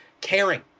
caring